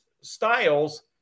Styles